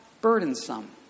burdensome